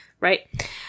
Right